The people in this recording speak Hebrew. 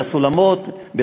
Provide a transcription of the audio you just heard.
בסולמות,